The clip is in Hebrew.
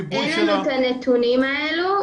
אין לנו נתונים אלה.